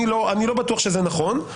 אני לא בטוח שזה נכון,